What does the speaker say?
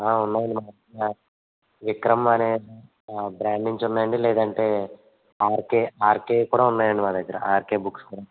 ఉన్నాయండి మా విక్రమ్ అనే బ్రాండ్ నుంచి ఉన్నాయండి లేదంటే ఆర్కే ఆర్కే కూడా ఉన్నాయండి మా దగ్గర ఆర్కే బుక్స్ కూడా